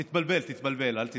תתבלבל, תתבלבל, אל תדייק.